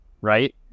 right